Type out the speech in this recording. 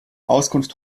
auskunft